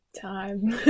time